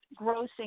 grossing